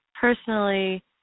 personally